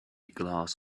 glass